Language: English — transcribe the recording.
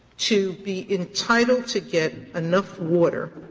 to be entitled to get enough water